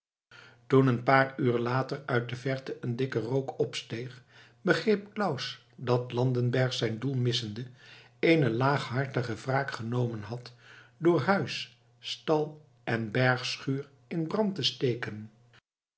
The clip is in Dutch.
toen een paar uur later uit de verte een dikke rook opsteeg begreep claus dat landenberg zijn doel missende eene laaghartige wraak genomen had door huis stal en bergschuur in brand te steken